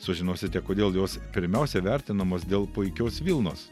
sužinosite kodėl jos pirmiausia vertinamos dėl puikios vilnos